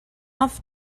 off